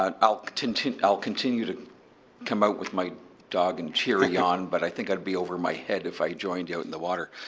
i'll continue i'll continue to come out with my dog and cheer you on. but i think i would be over my head if i joined you in the water.